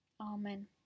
Amen